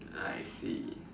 I see